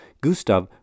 Gustav